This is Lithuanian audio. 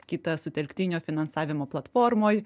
kitą sutelktinio finansavimo platformoj